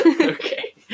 Okay